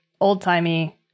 old-timey